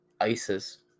ISIS